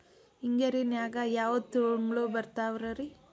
ಹಿಂಗಾರಿನ್ಯಾಗ ಯಾವ ತಿಂಗ್ಳು ಬರ್ತಾವ ರಿ?